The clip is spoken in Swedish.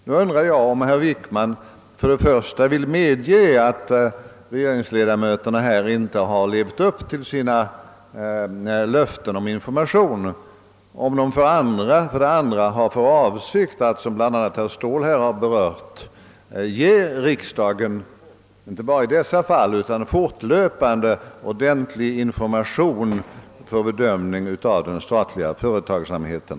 Nu undrar jag för det första om herr Wickman vill medge att regeringsledamöterna inte har levt upp till sina löften om informationer, och för det andra om han har för avsikt att ge riksdagen informationer inte bara i dessa båda fall — som herr Ståhl tidigare berört — utan fortlöpande informationer för bedömningen av den statliga företagsamheten.